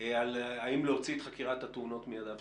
האם להוציא את חקירת התאונות מידי הצבא.